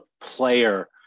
player